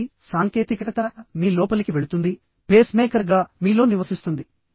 కాబట్టి సాంకేతికత మీ లోపలికి వెళుతుంది పేస్ మేకర్గా మీలో నివసిస్తుంది